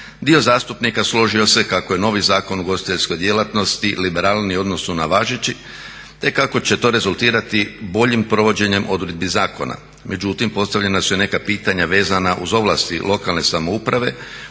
dio zastupnika složio se kako je novi Zakon o ugostiteljskoj djelatnosti liberalniji u odnosu na važeći te kako će to rezultirati boljim provođenjem odredbi zakona. Međutim, postavljena su i neka pitanja vezana uz ovlasti lokalne samouprave